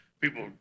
People